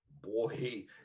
Boy